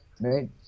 Right